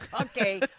Okay